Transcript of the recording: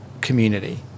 community